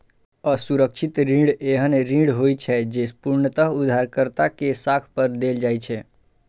असुरक्षित ऋण एहन ऋण होइ छै, जे पूर्णतः उधारकर्ता के साख पर देल जाइ छै